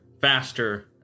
faster